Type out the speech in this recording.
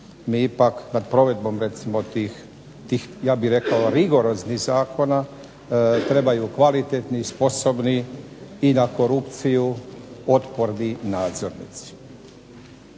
mi ipak nad provedbom recimo ja bih rekao rigoroznih zakona trebaju kvalitetni, sposobni i na korupciju otporni nadzor.